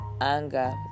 anger